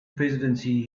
presidency